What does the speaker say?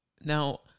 now